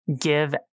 give